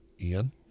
Ian